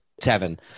Seven